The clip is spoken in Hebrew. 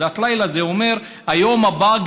עבודת לילה זה אומר ששרפת גם את היום הבא.